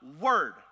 word